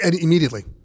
Immediately